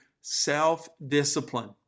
self-discipline